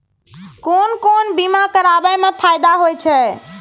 कोन कोन बीमा कराबै मे फायदा होय होय छै?